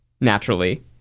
naturally